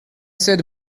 sept